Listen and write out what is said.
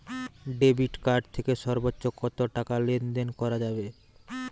Debit card থেকে সর্বোচ্চ কত টাকা লেনদেন করা যাবে?